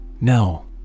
No